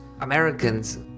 Americans